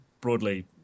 broadly